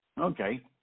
Okay